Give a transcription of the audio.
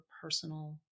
personal